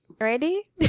Ready